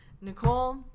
Nicole